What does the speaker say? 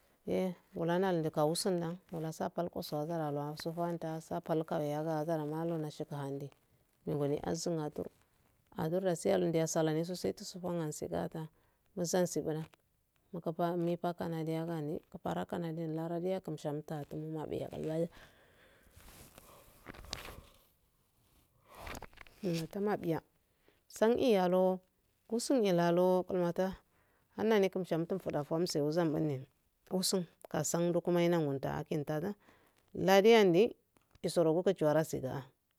ulana unduga wusunda wallasa fal kusa azara auwwa sofanda safalka weya gowazamalu nashukahande adur dasi alu salani so fankanni fada kansiga mufakanadi yagani kufara kanadi laradi yaka mshata tumabiya al umatuma biya sane alu kusun e alu kulmata hannane kkumta umtan mfuda fuu o mse u zanane usun kasan dukuma yena gunda etada ladea indi jusu woro kuwara siga a.